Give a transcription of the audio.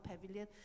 pavilion